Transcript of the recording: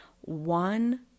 one